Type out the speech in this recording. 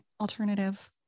alternative